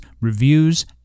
reviews